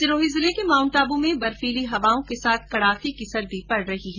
सिरोही जिले के माउन्ट आबू में बर्फीली हवाओं के साथ कड़ाके की सर्दी पड़ रही है